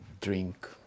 drink